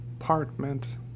apartment